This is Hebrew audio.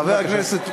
חבר הכנסת,